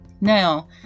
now